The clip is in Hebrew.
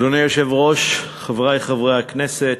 אדוני היושב-ראש, חברי חברי הכנסת,